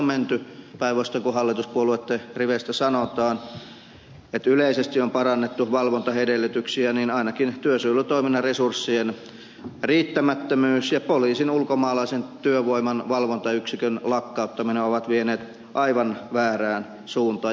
päinvastoin kuin hallituspuolueitten riveistä sanotaan että yleisesti on parannettu valvontaedellytyksiä niin ainakin työsuojelutoiminnan resurssien riittämättömyys ja poliisin ulkomaalaisen työvoiman valvontayksikön lakkauttaminen ovat vieneet aivan väärään suuntaan